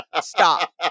stop